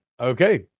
Okay